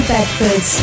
Bedford